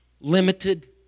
limited